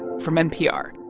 from npr